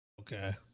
Okay